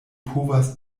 povas